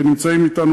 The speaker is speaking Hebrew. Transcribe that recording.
שנמצאים אתנו,